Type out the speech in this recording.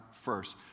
first